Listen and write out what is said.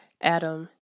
Adam